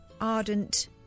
ardent